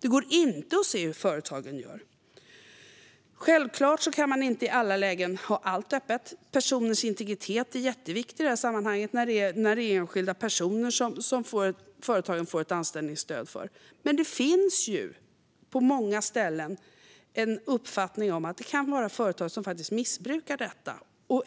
Det går inte att se hur företagen gör. Självklart kan man inte i alla lägen ha allt öppet. Personers integritet är jätteviktig i detta sammanhang, det vill säga när det gäller enskilda personer som företagen får ett anställningsstöd för. Men på många ställen finns en uppfattning om att det kan vara företag som missbrukar det här.